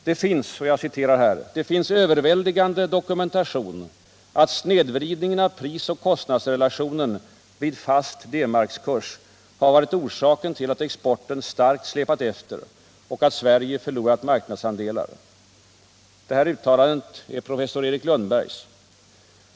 ”Det finns överväldigande dokumentation att snedvridningen av prisoch kostnadsrelationen — vid fast D-markskurs — har varit orsaken till att exporten starkt släpat efter och att Sverige förlorat marknadsandelar.” Uttalandet är professor Erik Lundbergs.